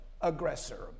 aggressor